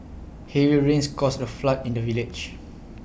heavy rains caused A flood in the village